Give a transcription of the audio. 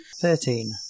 Thirteen